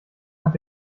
hat